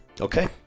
Okay